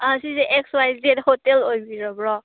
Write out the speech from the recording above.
ꯁꯤꯁꯦ X Y Z hotel ꯑꯣꯏꯕꯤꯔꯕ꯭ꯔꯣ